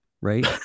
right